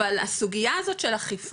אבל הסוגייה הזאת של אכיפה,